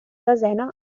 desena